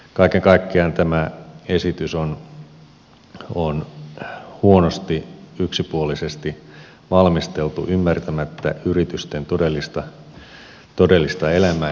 kaiken kaikkiaan tämä esitys on huonosti yksipuolisesti valmisteltu ymmärtämättä yritysten todellista elämää